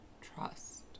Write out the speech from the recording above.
trust